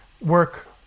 work